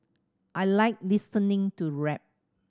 I like listening to rap